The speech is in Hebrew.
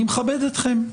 אני מכבד אתכם,